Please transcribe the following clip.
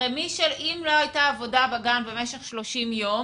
אם לא הייתה עבודה בגן במשך 30 יום